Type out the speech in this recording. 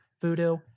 Voodoo